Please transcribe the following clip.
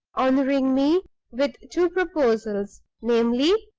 honoring me with two proposals namely,